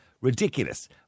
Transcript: Ridiculous